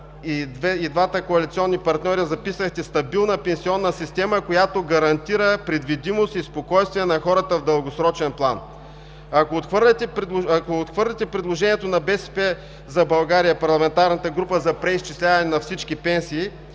двамата коалиционни партньора записахте стабилна пенсионна система, която гарантира предвидимост и спокойствие на хората в дългосрочен план. Ако отхвърлите предложението на парламентарната група на „БСП за България“ за преизчисляване на всички пенсии,